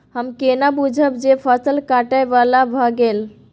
हम केना बुझब जे फसल काटय बला भ गेल?